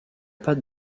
pas